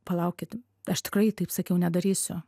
palaukit aš tikrai taip sakiau nedarysiu